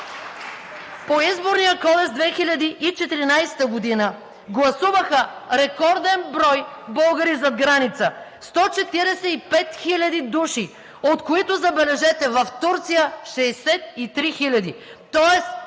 По Изборния кодекс 2014 г. гласуваха рекорден брой българи зад граница – 145 хиляди души, от които, забележете, в Турция – 63 хиляди,